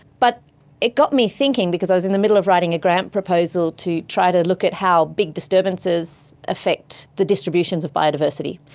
but it got me thinking, because i was in the middle of writing a grant proposal to try to look at how big disturbances affect the distributions of biodiversity,